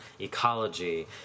ecology